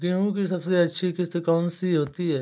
गेहूँ की सबसे अच्छी किश्त कौन सी होती है?